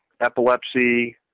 epilepsy